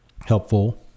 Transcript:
helpful